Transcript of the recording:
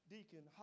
Deacon